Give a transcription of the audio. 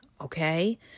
okay